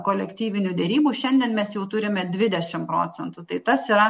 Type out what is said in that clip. kolektyvinių derybų šiandien mes jau turime dvidešim procentų tai tas yra